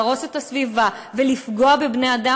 הרס הסביבה ופגיעה בבני-אדם,